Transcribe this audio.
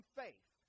faith